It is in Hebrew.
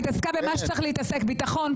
היא התעסקה במה שצריך להתעסק ביטחון,